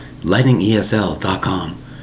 LightningESL.com